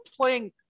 playing